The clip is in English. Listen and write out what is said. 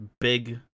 big